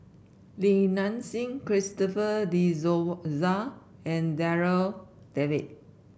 Li Nanxing Christopher De Souza and Darryl David